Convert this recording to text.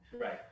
Right